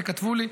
את זה כתבו לי,